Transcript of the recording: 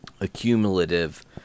accumulative